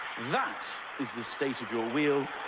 that is the state of your wheel.